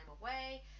away